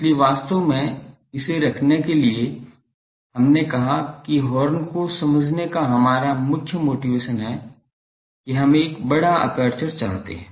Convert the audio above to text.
इसलिए वास्तव में इसे रखने के लिए हमने कहा कि हॉर्न को समझने का हमारा मुख्य मोटिवेशन है की हम एक बड़ा एपर्चर चाहते है